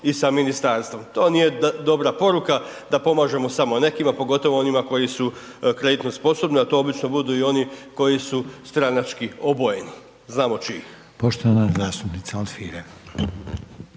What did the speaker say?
i sa Ministarstvom. To nije dobra poruka, da pomažemo samo nekima, pogotovo onima koji su kreditno sposobni, a to obično budu i oni koji su stranački obojeni, znamo čiji.